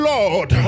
Lord